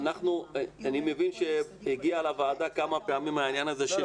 אני מבין שהגיע לוועדה כמה פעמים העניין הזה של